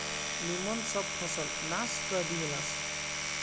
निमन सब फसल नाश क देहलस